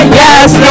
yes